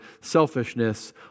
selfishness